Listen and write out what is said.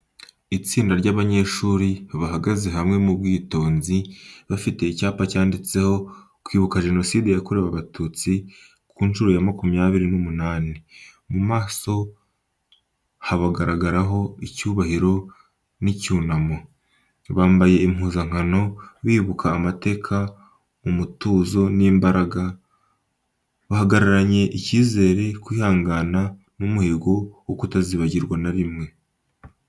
Itsinda ry’abanyeshuri bahagaze hamwe mu bwitonzi, bafite icyapa cyanditseho “Kwibuka Jenoside yakorewe Abatutsi ku nshuro ya makumyabiri n'umunani.” Mu maso habagaragaraho icyubahiro n’icyunamo. Bambaye impuzankano, bibuka amateka mu mutuzo n’imbaraga, bahagararanye icyizere, kwihangana n’umuhigo wo kutazibagirwa na rimwe.